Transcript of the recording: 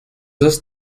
dos